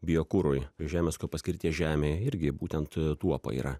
biokurui žemės ūkio paskirties žemėj irgi būtent tuopa yra